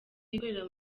ikorera